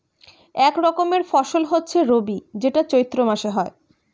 এক রকমের ফসল হচ্ছে রবি যেটা চৈত্র মাসে হয়